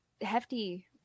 hefty